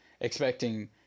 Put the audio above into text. expecting